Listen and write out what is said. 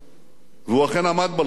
והוא אכן עמד בלחצים הללו.